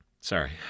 Sorry